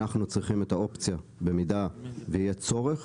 אנחנו צריכים את האופציה במידה שיהיה צורך